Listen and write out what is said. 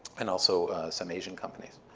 and also some asian companies.